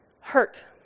hurt